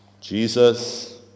Jesus